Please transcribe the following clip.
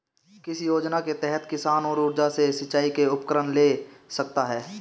किस योजना के तहत किसान सौर ऊर्जा से सिंचाई के उपकरण ले सकता है?